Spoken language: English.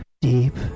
deep